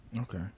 okay